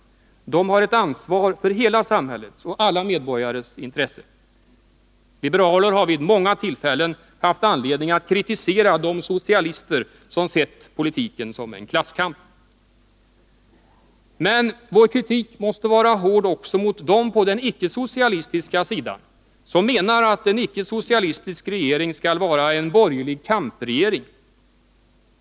De har ett ansvar för hela samhällets och alla medborgares intresse. Liberaler har vid många tillfällen haft anledning att kritisera de socialister som sett politiken som en klasskamp. Men vår kritik måste vara hård också mot dem på den icke socialistiska sidan som menar att en icke-socialistisk regering skall vara en borgerlig kampregering.